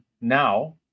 now